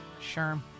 sure